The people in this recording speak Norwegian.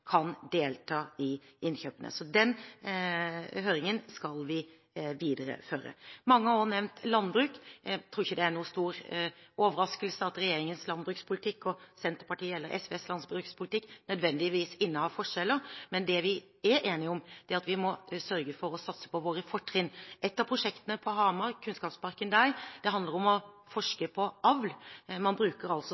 kan delta i innkjøpene. Så den høringen skal vi videreføre. Mange har også nevnt landbruk. Jeg tror ikke det er noen stor overraskelse at regjeringens landbrukspolitikk og Senterpartiets eller SVs landbrukspolitikk nødvendigvis innehar forskjeller. Men det vi er enige om, er at vi må sørge for å satse på våre fortrinn. Et av prosjektene i kunnskapsparken på Hamar handler om å forske på avl. Man bruker altså